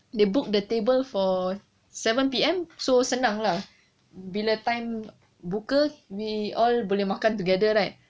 they book the table for seven P_M so senang lah bila time buka we all boleh makan together right